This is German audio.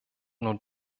nur